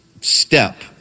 step